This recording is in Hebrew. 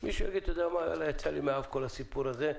מישהו יגיד: יצא לי מן האף כל הסיפור הזה,